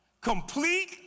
complete